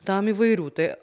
tam įvairių tai